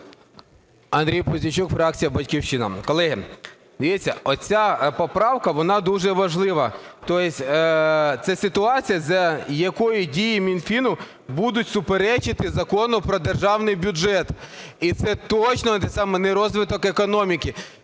Андрій Пузійчук, фракція "Батьківщина". Колеги, дивіться, оця поправка, вона дуже важлива, то есть це ситуація, за якою дії Мінфіну будуть суперечити Закону про Державний бюджет. І це точно не розвиток економіки.